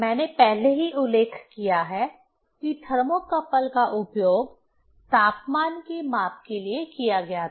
मैंने पहले ही उल्लेख किया है कि थर्मोकपल का उपयोग तापमान के माप के लिए किया गया था